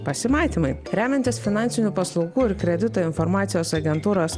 pasimatymai remiantis finansinių paslaugų ir kredito informacijos agentūros